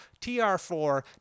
TR4